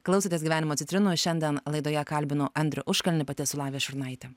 klausotės gyvenimo citrinų šiandien laidoje kalbinu andrių užkalnį pati esu lavija šurnaitė